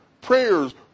Prayers